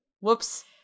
whoops